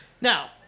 Now